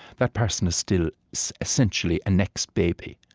that person is still so essentially an ex-baby.